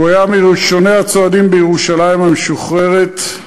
הוא היה מראשוני הצועדים בירושלים המשוחררת,